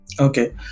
Okay